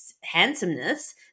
handsomeness